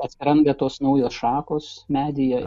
atsiranda tos naujos šakos medyje